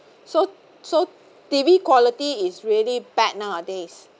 so so T_V quality is really bad nowadays